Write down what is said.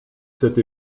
cette